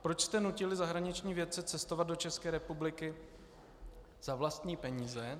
Proč jste nutili zahraniční vědce cestovat do České republiky za vlastní peníze?